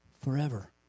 forever